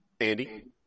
Andy